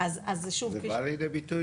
האם זה בא לידי ביטוי?